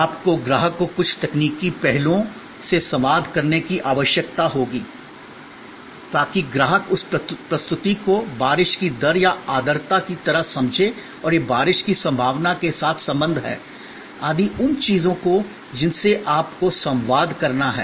आपको ग्राहक को कुछ तकनीकी पहलुओं से संवाद करने की आवश्यकता होगी ताकि ग्राहक उस प्रस्तुति को बारिश की दर या आर्द्रता की तरह समझे और यह बारिश की संभावना के साथ संबंध है आदि उन चीजों को जिनसे आपको संवाद करना है